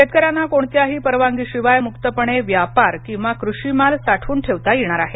शेतकऱ्यांना कोणत्याही परवानगीशिवाय मुक्तपणे व्यापार किंवा कृषी माल साठवून ठेवता येणार आहे